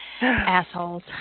Assholes